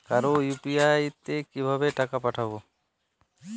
কারো ইউ.পি.আই তে কিভাবে টাকা পাঠাবো?